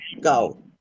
go